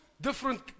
different